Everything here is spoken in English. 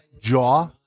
jaw